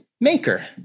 maker